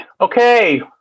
Okay